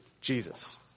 Jesus